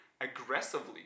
aggressively